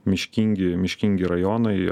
miškingi miškingi rajonai